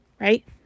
right